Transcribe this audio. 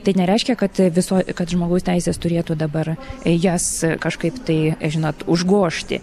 tai nereiškia kad viso kad žmogaus teisės turėtų dabar jas kažkaip tai žinot užgožti